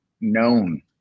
known